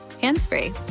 hands-free